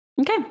okay